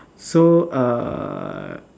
so err